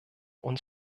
uns